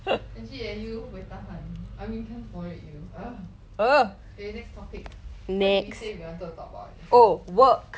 legit~ eh you buay tahan I mean camp for it you ugh okay next topic what did we say you wanted to talk about you just now